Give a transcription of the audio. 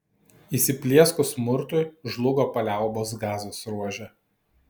įsiplieskus smurtui žlugo paliaubos gazos ruože